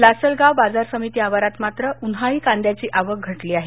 लासलगाव बाजारसमिती आवारात मात्र उन्हाळी कांद्याची आवक घटली आहे